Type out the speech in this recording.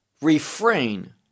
refrain